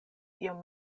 iom